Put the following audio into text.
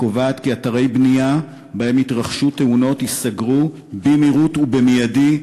הקובעת כי אתרי בנייה שהתרחשו בהם תאונות ייסגרו במהירות ובמיידי,